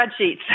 spreadsheets